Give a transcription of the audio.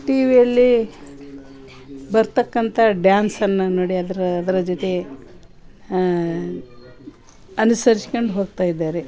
T ವಿಯಲ್ಲಿ ಬರತಕ್ಕಂಥ ಡಾನ್ಸನ್ನು ನೋಡಿ ಅದರ ಅದರ ಜೊತೆ ಅನುಸರ್ಸ್ಕಂಡ್ ಹೋಗ್ತಾ ಇದ್ದಾರೆ